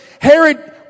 Herod